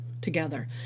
together